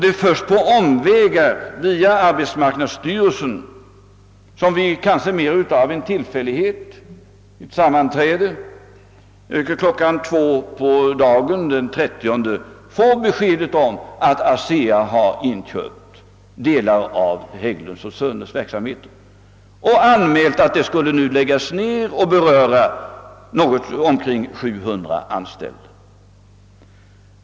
Det var först på omvägar via arbetsmarknadsstyrelsen som vi — kanske mer av en tillfällighet — vid ett sammanträde kl. 2 på eftermiddagen den 30 fick besked om att ASEA inköpt delar av Hägglund & Söners verksamhet samt att ASEA an mält att man ämnade företa nedläggelser som skulle beröra omkring 700 anställda.